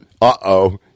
Uh-oh